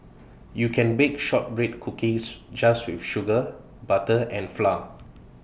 you can bake Shortbread Cookies just with sugar butter and flour